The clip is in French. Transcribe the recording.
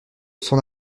son